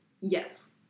Yes